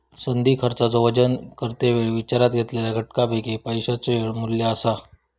संधी खर्चाचो वजन करते वेळी विचारात घेतलेल्या घटकांपैकी पैशाचो येळ मू्ल्य असा